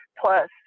plus